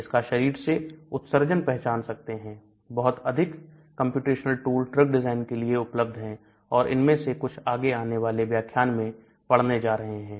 इसका शरीर से उत्सर्जन पहचान सकते हैं बहुत अधिक कंप्यूटेशनल टूल ड्रग डिजाइनिंग के लिए उपलब्ध है और इनमें से कुछ आगे आने वाले व्याख्यान में पढ़ने जा रहे हैं